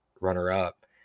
runner-up